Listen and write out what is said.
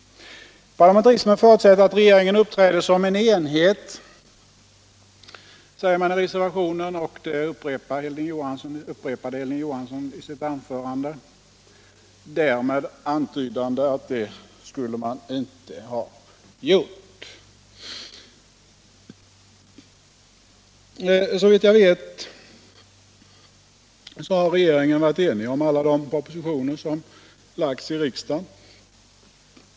Parlamentarismen förutsätter att regeringen uppträder som en enhet, säger man i reservationen, och det upprepade Hilding Johansson i sitt anförande, därmed antydande att det skulle den inte ha gjort. Såvitt jag vet har regeringen varit enig om alla de propositioner som framlagts i riksdagen.